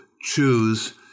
choose